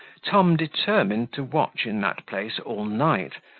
tom determined to watch in that place all night,